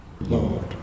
Lord